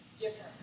different